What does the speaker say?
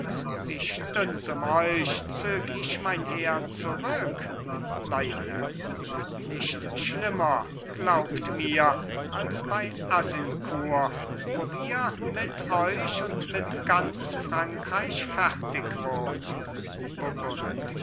wie stünds um euch zög ich mein heer zurück lionel nicht schlimmer glaubt mir als bei azincourt wo wir mit euch und mit ganz frankreich fertig wurden